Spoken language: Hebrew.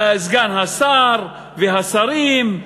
סגן השר והשרים,